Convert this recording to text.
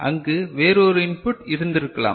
அங்கு வேறு ஒரு இன்புட்டு இருந்திருக்கலாம்